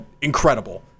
Incredible